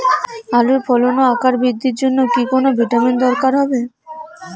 আলুর ফলন ও আকার বৃদ্ধির জন্য কি কোনো ভিটামিন দরকার হবে?